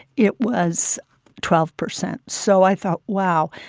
it was twelve percent. so i thought, wow,